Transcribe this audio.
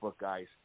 guys